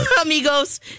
amigos